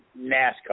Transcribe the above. NASCAR